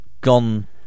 gone